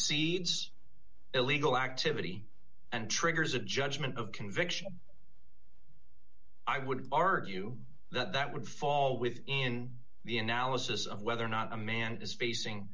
concedes illegal activity and triggers a judgment of conviction i would argue that that would fall within the analysis of whether or not a man is facing